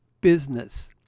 business